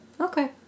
Okay